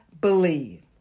believe